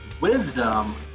Wisdom